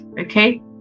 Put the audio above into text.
Okay